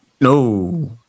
no